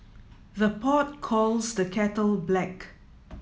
the pot calls the kettle black